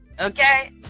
okay